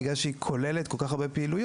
בגלל שהיא כוללת כל כך הרבה פעילויות,